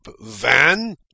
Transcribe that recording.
Van